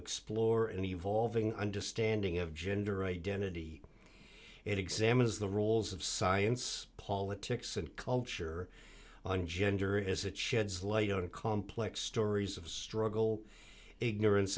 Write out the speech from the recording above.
explore an evolving understanding of gender identity it examines the rules of science politics and culture on gender as it sheds light on complex stories of struggle ignorance